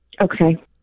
Okay